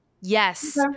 Yes